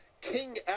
King